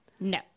No